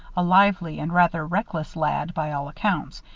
a lively and rather reckless lad, by all accounts,